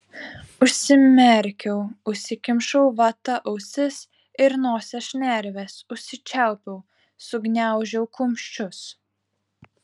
užsimerkiau užsikimšau vata ausis ir nosies šnerves užsičiaupiau sugniaužiau kumščius